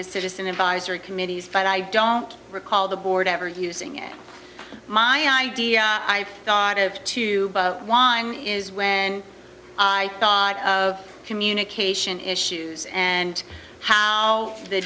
to citizen advisory committees but i don't recall the board ever using it my idea i thought of to whine is when i thought of communication issues and how the